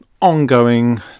ongoing